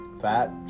Fat